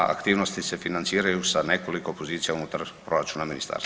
Aktivnosti se financiraju sa nekoliko opozicija unutar proračuna ministarstva.